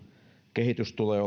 kehitys tulee